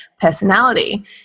personality